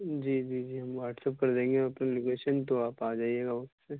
جی جی جی ہم واٹس اپ کر دیں گے آپ کو لوکیشن تو آپ آ جائیے گا وقت پے